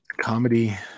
Comedy